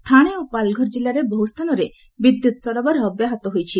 ଥାଣେ ଓ ପାଲ୍ଘର ଜିଲ୍ଲାର ବହୁ ସ୍ଥାନରେ ବିଦ୍ୟୁତ୍ ସରବରାହ ବ୍ୟାହତ ହୋଇଛି